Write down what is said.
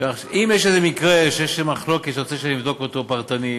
כך שאם יש איזה מקרה שיש מחלוקת ואתה רוצה שנבדוק אותו פרטנית,